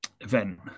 event